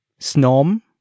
Snom